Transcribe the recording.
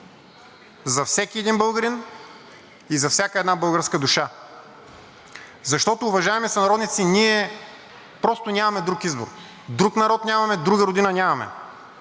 за всеки един българин и за всяка една българска душа. Защото, уважаеми сънародници, ние просто нямаме друг избор – друг народ нямаме, друга родина нямаме.